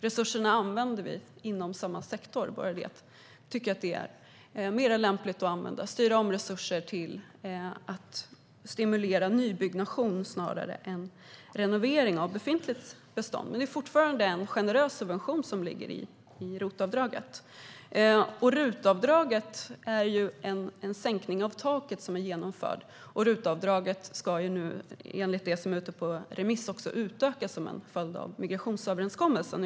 Resurserna använder vi inom samma sektor. Vi tycker att det är mer lämpligt att styra om resurser till att stimulera nybyggnation snarare än renovering av befintligt bestånd. Det är fortfarande en generös subvention som ligger i ROT-avdraget. När det gäller RUT-avdraget är det en sänkning av taket som är genomförd, och RUT-avdraget ska enligt det som är ute på remiss också utökas som en följd av migrationsöverenskommelsen.